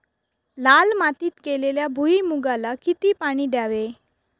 लाल मातीत केलेल्या भुईमूगाला किती पाणी द्यावे?